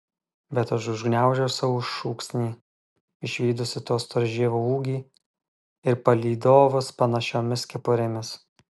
bet aš užgniaužiu savo šūksnį išvydusi to storžievio ūgį ir palydovus panašiomis kepurėmis